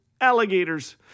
alligators